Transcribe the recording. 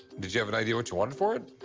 did you have an idea what you wanted for it?